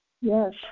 Yes